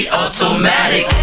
automatic